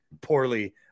poorly